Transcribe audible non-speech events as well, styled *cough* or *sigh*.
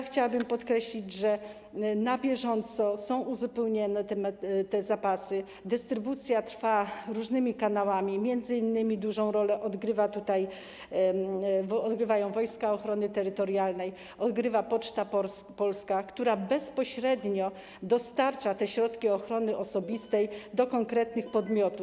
Chciałabym podkreślić, że na bieżąco są uzupełniane te zapasy, dystrybucja trwa różnymi kanałami, m.in. dużą rolę odgrywają tutaj Wojska Obrony Terytorialnej, odgrywa Poczta Polska, która bezpośrednio dostarcza te środki ochrony osobistej *noise* do konkretnych podmiotów.